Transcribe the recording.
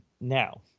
now